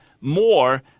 more